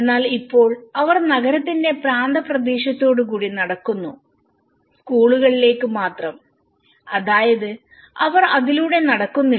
എന്നാൽ ഇപ്പോൾ അവർ നഗരത്തിന്റെ പ്രാന്തപ്രദേശത്തുകൂടി നടക്കുന്നു സ്കൂളിലേക്ക് മാത്രം അതായത് അവർ ഇതിലൂടെ നടക്കുന്നില്ല